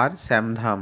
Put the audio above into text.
আর শ্যামধাত